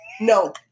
no